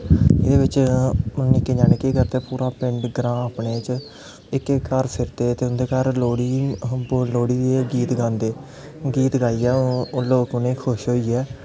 एह्दे बिच्च केह् करदे पूरे पिंड ग्रांऽ अपने च इक इक घर फिरदे ते उं'दे घर लोह्ड़ी दे गीत गांदे गीत गाइयै ओह् लोग उ'नें गी खुश होइयै